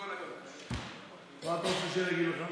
הסדרת מעמדם של המורים העובדים בתוכנית החינוכית לתלמידים חולים.